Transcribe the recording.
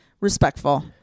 respectful